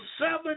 seven